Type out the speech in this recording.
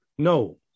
No